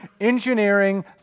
engineering